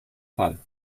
fall